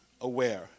aware